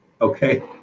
okay